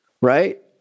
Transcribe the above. Right